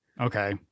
Okay